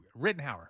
Rittenhauer